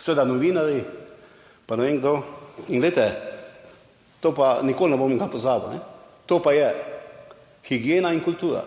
seveda novinarji, pa ne vem kdo in glejte, to pa nikoli ne bom ga pozabil, to pa je higiena in kultura.